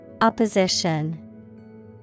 Opposition